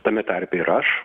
tame tarpe ir aš